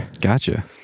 Gotcha